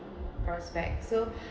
prospect so